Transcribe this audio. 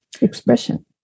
expression